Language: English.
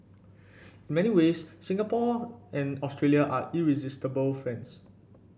in many ways Singapore and Australia are irresistible friends